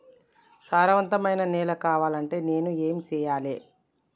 సారవంతమైన నేల కావాలంటే నేను ఏం చెయ్యాలే?